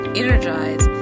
energize